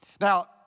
Now